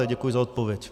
Děkuji za odpověď.